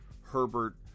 Herbert